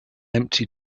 empty